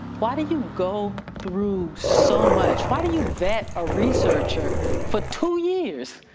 why did you go through so much? why do you vet a researcher for two years?